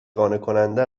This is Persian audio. قانعکننده